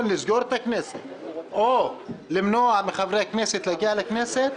לסגור את הכנסת או למנוע מחברי הכנסת להגיע להכנסת,